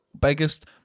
Biggest